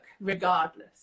regardless